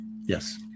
Yes